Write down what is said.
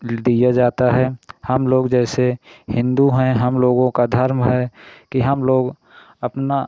लि दिया जाता है हम लोग जैसे हिन्दू हैं हम लोगों का धर्म है कि हम लोग अपना